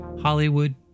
Hollywood